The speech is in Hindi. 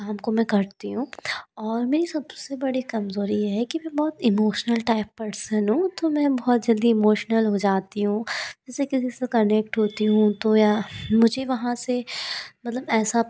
काम को मैं करती हूँ और मेरी सबसे बड़ी कमजोरी यह है कि मैं बहुत इमोशनल टाइप पर्सन हूँ तो मैं बहुत जल्दी इमोशनल हो जाती हूँ जैसे किसी से कनेक्ट होती हूँ तो या मुझे वहाँ से मतलब ऐसा